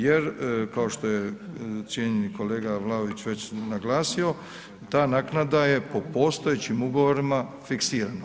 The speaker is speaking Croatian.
Jer kao što je cijenjeni kolega Vlaović već tu naglasio, ta naknada je po postojećim ugovorima fiksirana.